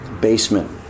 basement